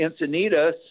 Encinitas